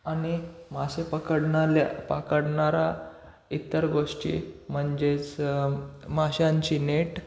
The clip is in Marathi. आणि मासे पकडनाल्या पकडणारा इतर गोष्टी म्हणजेच माशांची नेट